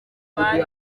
bari